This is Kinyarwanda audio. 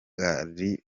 kagari